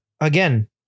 again